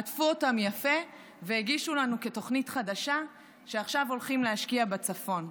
עטפו אותם יפה והגישו לנו כתוכנית חדשה שעכשיו הולכים להשקיע בצפון.